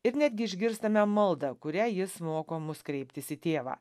ir netgi išgirstame maldą kuria jis moko mus kreiptis į tėvą